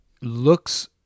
looks